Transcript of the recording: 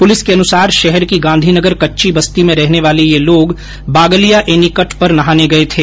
police के अनुसार शहर की गांधीनगर कच्ची बस्ती में रहने वाले ये लोग बागलिया एनिकट पर नहाने गये थे